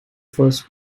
first